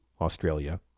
Australia